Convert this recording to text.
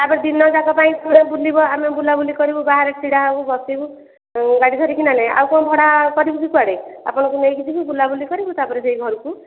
ତାପରେ ଦିନଯାକ ପାଇଁ ତୁମେ ବୁଲିବ ଆମେ ବୁଲାବୁଲି କରିବୁ ବାହାରେ ଛିଡ଼ା ହେବୁ ବସିବୁ ଗାଡ଼ି ଧରିକି ନା ନାଇଁ ଆଉ କଣ ଭଡ଼ା କରିବୁ କି କୁଆଡ଼େ ଆପଣଙ୍କୁ ନେଇକି ଯିବୁ ବୁଲାବୁଲି କରିବୁ ତାପରେ ଯାଇକି ଘରକୁ